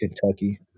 Kentucky